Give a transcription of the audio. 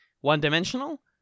one-dimensional